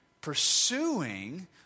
pursuing